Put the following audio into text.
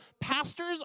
pastors